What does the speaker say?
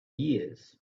years